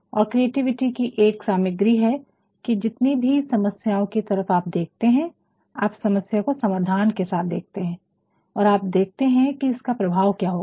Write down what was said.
और क्रिएटिविटी की एक सामग्री है कि जितनी भी समस्याओं की तरफ आप देखते हैं आप समस्या को समाधान के साथ देखते हैं और आप देखते हैं कि इसका प्रभाव क्या होगा